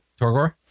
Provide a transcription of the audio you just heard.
Torgor